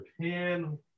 Japan